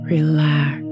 Relax